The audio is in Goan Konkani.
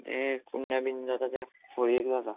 तें कुडण्या बीन जाता तें होळयेक जाता